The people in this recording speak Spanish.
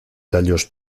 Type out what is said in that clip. tallos